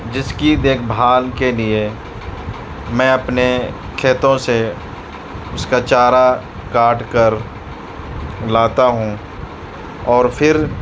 جس کی دیکھ بھال کے لیے میں اپنے کھیتوں سے اس کا چارا کاٹ کر لاتا ہوں اور پھر